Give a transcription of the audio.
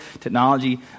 technology